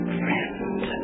friend